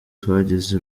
twagize